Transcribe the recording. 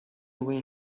when